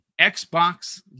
Xbox